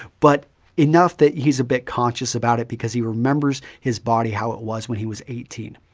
but enough that he's a bit conscious about it because he remembers his body, how it was when he was eighteen.